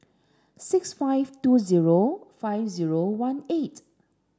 six five two zero five zero one eight